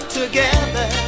together